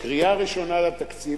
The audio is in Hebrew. קריאה ראשונה לתקציב.